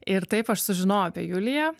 ir taip aš sužinojau apie juliją